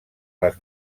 les